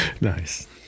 Nice